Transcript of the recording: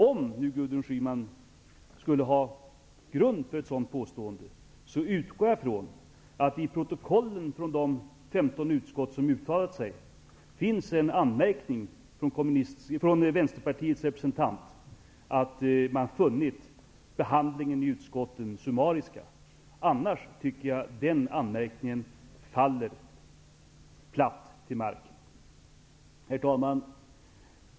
Om Gudrun Schyman skulle ha någon grund för ett sådant påstående, utgår jag ifrån att det i protokollen från de 15 utskott som har uttalat sig finns en anmärkning från Vänsterpartiets representant om att man har funnit behandlingen i utskotten summariska. I annat fall tycker jag att den anmärkningen faller platt till marken. Herr talman!